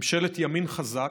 ממשלת ימין חזק,